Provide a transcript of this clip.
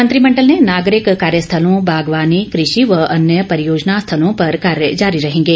मंत्रिमण्डल ने नागरिक कार्यस्थलों बागवानी कृषि व अन्य परियोजना स्थलों पर कार्य जारी रहेंगे